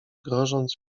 grożąc